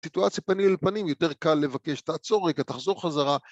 סיטואציה פנים אל פנים, יותר קל לבקש- 'תעצור רגע, תחזור חזרה'